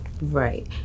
right